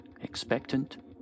expectant